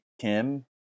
Kim